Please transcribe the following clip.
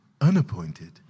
unappointed